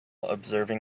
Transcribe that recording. observing